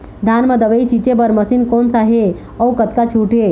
धान म दवई छींचे बर मशीन कोन सा हे अउ कतका छूट हे?